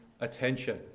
attention